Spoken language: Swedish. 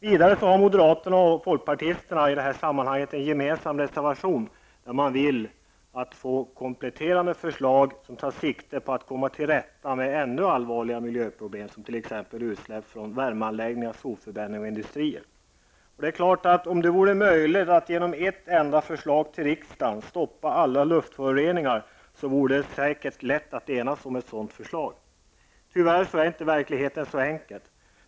Vidare har moderaterna och folkpartisterna i detta sammanhang en gemensam reservation, i vilken de begär kompletterande förslag som tar sikte på att komma till rätta med ännu allvarligare miljöproblem, som t.ex. utsläpp från värmeanläggningar, sopförbränning och industrier. Om det vore möjligt att genom ett enda förslag till riksdagen stoppa alla luftföroreningar, vore det säkert lätt att enas om ett sådant förslag. Tyvärr är inte verkligheten så enkel.